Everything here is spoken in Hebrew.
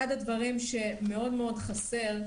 אחד הדברים שמאוד חסר,